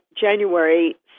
January